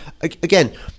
again